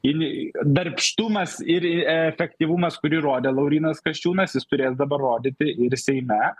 eilėje darbštumas ir e efektyvumas kurį rodė laurynas kasčiūnas jis turės dabar rodyti ir seime